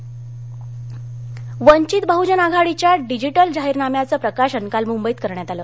वंचित बहजन आघाडी मंबई वंचित बहुजन आघाडीच्या डिजिटल जाहीरनाम्याचं प्रकाशन काल मुंबईत करण्यात आलं